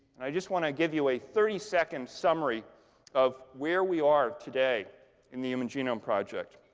i just want to give you a thirty second summary of where we are today in the human genome project.